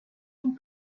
اون